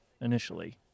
initially